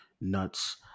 nuts